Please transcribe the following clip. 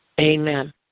Amen